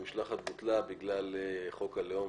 המשלחת בוטלה בגלל חוק הלאום,